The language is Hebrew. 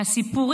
מהסיפור